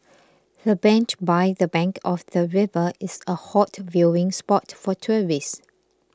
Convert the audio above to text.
the bench by the bank of the river is a hot viewing spot for tourists